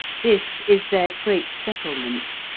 this is their great settlement,